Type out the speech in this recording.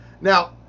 Now